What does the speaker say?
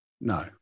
No